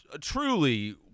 truly